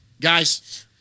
guys –